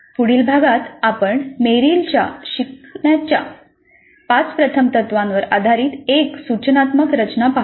पुढील भागात आपण मेरिलच्या शिक्षणाच्या पाच प्रथम तत्त्वांवर आधारित एक सूचनात्मक रचना पाहू